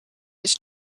this